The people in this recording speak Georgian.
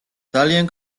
ძალიან